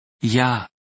Ja